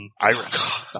Iris